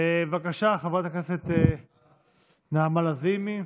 בבקשה, חברת הכנסת נעמה לזימי.